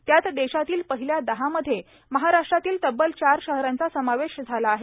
त्यात देशातील पहिल्या दहामध्ये महाराष्ट्रातील तब्बल चार शहरांचा समावेश झाला आहे